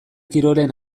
kirolen